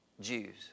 Jews